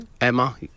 Emma